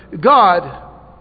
God